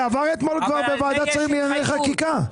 עבר אתמול כבר בוועדת שרים לענייני חקיקה.